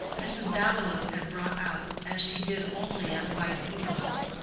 mrs. davilow had brought out, as she did only at wide intervals,